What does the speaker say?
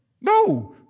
no